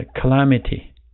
calamity